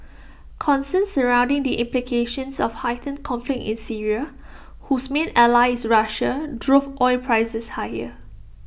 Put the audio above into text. concerns surrounding the implications of heightened conflict in Syria whose main ally is Russia drove oil prices higher